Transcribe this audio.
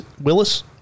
Willis